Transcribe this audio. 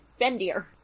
bendier